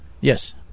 Yes